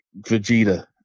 Vegeta